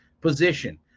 position